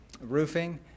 roofing